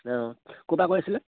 অঁ ক'ৰ পৰা কৈ আছিলে